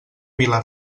vila